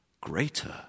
greater